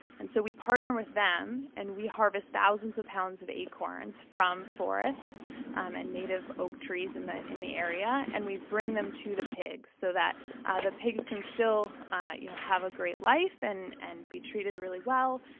and so we partner with them and we harvest thousands of pounds of acorns from forests um and native oak trees in the in the area. and we bring them to the pigs so that the pigs can still ah you know have a great life and and be treated really well,